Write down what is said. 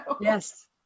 Yes